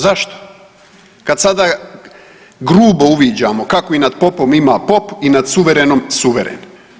Zašto, kad sada grubo uviđamo kako i nad popom ima pop i nad suverenom suveren.